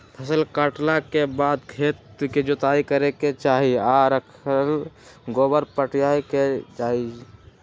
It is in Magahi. फसल काटला के बाद खेत के जोताइ करे के चाही आऽ राख गोबर पटायल जाय के चाही